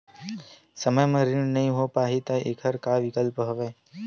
समय म ऋण नइ हो पाहि त एखर का विकल्प हवय?